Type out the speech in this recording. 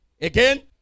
again